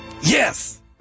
Yes